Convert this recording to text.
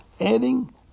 adding